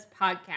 podcast